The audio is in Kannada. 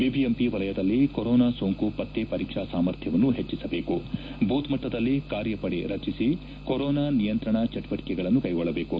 ಬಿಬಿಎಂಪಿ ವಲಯದಲ್ಲಿ ಕೊರೋನಾ ಸೋಂಕು ಪತ್ತೆ ಪರೀಕ್ಷಾ ಸಾಮರ್ಥ್ಯವನ್ನು ಹೆಚ್ಚಿಸಬೇಕು ಬೂತ್ ಮಟ್ಟದಲ್ಲಿ ಕಾರ್ಯಪಡೆ ರಚಿಸಿ ಕೊರೋನಾ ನಿಯಂತ್ರಣ ಚಟುವಟಿಕೆಗಳನ್ನು ಕೈಗೊಳ್ಳಬೇಕು